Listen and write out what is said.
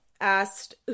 asked